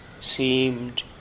seemed